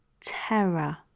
terror